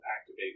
activate